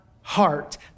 heart